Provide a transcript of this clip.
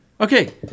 Okay